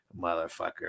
Motherfucker